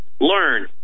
learn